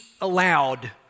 aloud